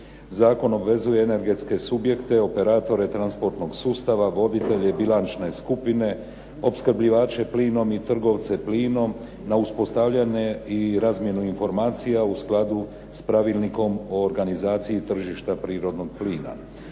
Zakon obvezuje energetske subjekte, operatore transportnog sustava, voditelje bilančne skupine, opskrbljivače plinom i trgovce plinom na uspostavljanje i razmjenu informacija u skladu s pravilnikom o organizaciji tržišta prirodnog plina,